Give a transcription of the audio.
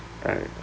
and